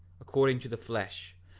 according to the flesh,